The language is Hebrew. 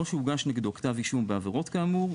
או שהוגש נגדו כתב אישום העבירות כאמור,